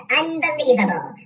unbelievable